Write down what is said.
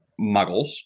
muggles